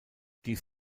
dies